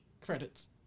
credits